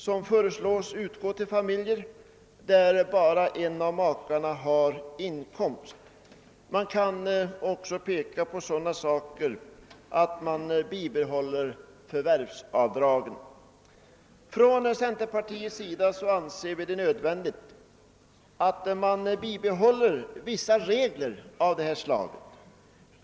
som föreslås tillkomma familjer, där bara en av makarna har inkomst. Man kan också peka på något sådant som att man bibehåller förvärvsavdraget. Från centerpartiets sida anser vi det nödvändigt, att man bibehåller vissa regler av detta slag.